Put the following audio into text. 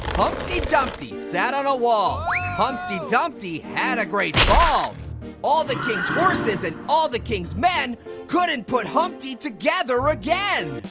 dumpty sat on a wall humpty dumpty had a great fall all the king's horses and all the king's men couldn't put humpty together again.